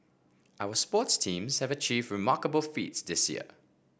our sports teams have achieved remarkable feats this year